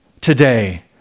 today